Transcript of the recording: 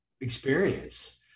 experience